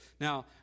Now